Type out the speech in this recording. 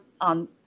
on